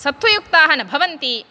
सत्त्वयुक्ताः न भवन्ति